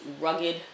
rugged